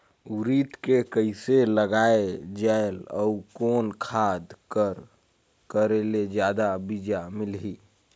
उरीद के कइसे लगाय जाले अउ कोन खाद कर करेले जादा बीजा मिलही?